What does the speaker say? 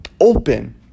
open